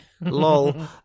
Lol